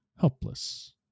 helpless